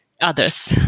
others